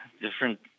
different